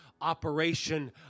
operation